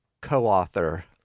co-author